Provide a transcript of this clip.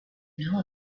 know